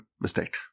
mistake